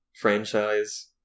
franchise